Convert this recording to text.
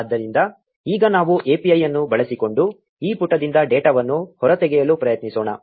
ಆದ್ದರಿಂದ ಈಗ ನಾವು API ಅನ್ನು ಬಳಸಿಕೊಂಡು ಈ ಪುಟದಿಂದ ಡೇಟಾವನ್ನು ಹೊರತೆಗೆಯಲು ಪ್ರಯತ್ನಿಸೋಣ